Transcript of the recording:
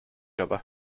other